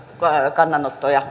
kannanottoja